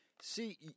See